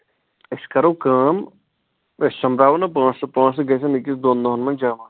أسۍ کرو کٲم أسۍ سوٚمبراوَو نہ پٲنٛسہٕ پٲنٛسہٕ گژھن أکِس دۄن دۄہَن منٛز جمع